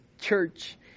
church